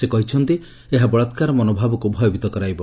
ସେ କହିଛନ୍ତି ଏହା ବଳାତ୍କାର ମନୋଭାବକୁ ଭୟଭୀତ କରାଇବ